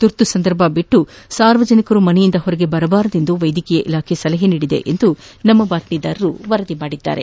ತುರ್ತು ಸಂದರ್ಭಗಳನ್ನು ಹೊರತುಪಡಿಸಿ ಸಾರ್ವಜನಿಕರು ಮನೆಯಿಂದ ಹೊರಗೆ ಬಾರದಂತೆ ವೈದ್ಯಕೀಯ ಇಲಾಖೆ ಸಲಹೆ ನೀಡಿದೆ ಎಂದು ನಮ್ಮ ಬಾತ್ಮೀದಾರರು ವರದಿ ಮಾಡಿದ್ದಾರೆ